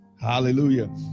Hallelujah